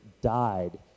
died